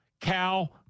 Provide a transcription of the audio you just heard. Cal